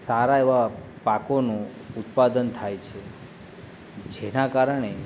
સારા એવા પાકોનું ઉત્પાદન થાય છે જેના કારણે